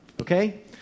Okay